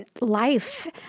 life